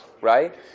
right